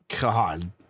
God